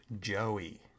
Joey